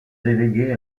déléguée